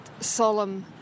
solemn